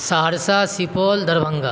Saharsa Supaul Darbhanga